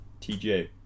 TJ